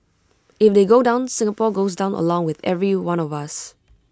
if they go down Singapore goes down along with every one of us